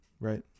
right